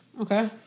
Okay